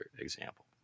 example